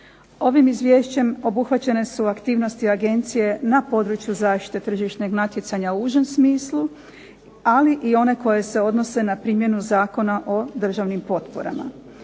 Ovim izvješćem obuhvaćene su aktivnosti agencije na području zaštite tržišnog natjecanja u užem smislu, ali i one koje se odnose na primjenu Zakona o državnim potporama.